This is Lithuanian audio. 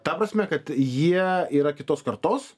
ta prasme kad jie yra kitos kartos